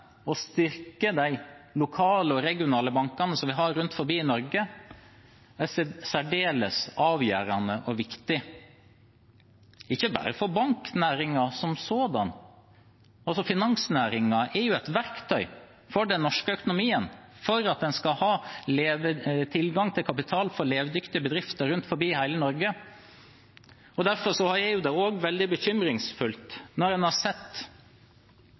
å styrke de lokale og regionale bankene som vi har rundt omkring i Norge, er særdeles avgjørende og viktig, ikke bare for banknæringen som sådan. Også finansnæringen er et verktøy for den norske økonomien, for at en skal ha tilgang til kapital for levedyktige bedrifter rundt omkring i hele Norge. Derfor er det veldig bekymringsfullt når en har sett